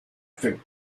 vic